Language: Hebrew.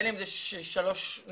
בין אם זה שלוש נקודות,